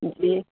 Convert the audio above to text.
मूंखे